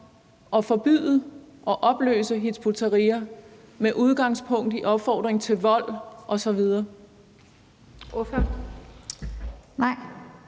at forbyde og opløse Hizb ut-Tahrir med udgangspunkt i opfordring til vold osv.?